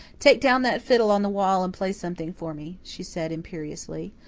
take down that fiddle on the wall and play something for me, she said imperiously.